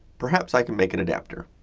perhaps i could make an adapter.